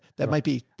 that might be,